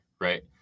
right